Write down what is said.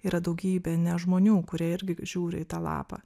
yra daugybė ne žmonių kurie irgi žiūri į tą lapą